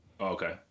Okay